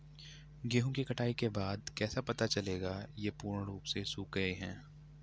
गेहूँ की कटाई के बाद कैसे पता चलेगा ये पूर्ण रूप से सूख गए हैं?